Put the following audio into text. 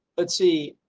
let's see,